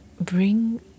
bring